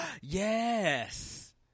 Yes